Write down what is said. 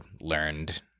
learned